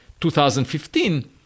2015